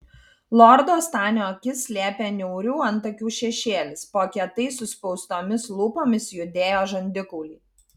lordo stanio akis slėpė niaurių antakių šešėlis po kietai suspaustomis lūpomis judėjo žandikauliai